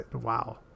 Wow